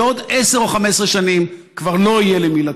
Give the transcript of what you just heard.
בעוד 10 או 15 שנים כבר לא יהיה למי לתת.